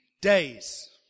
days